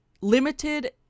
limited